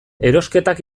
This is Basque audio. erosketak